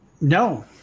No